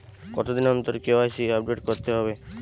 কতদিন অন্তর KYC update করতে হবে?